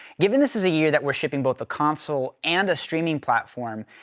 given this is a year that we're shipping both the console and a streaming platform,